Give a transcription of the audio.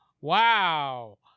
wow